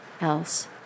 else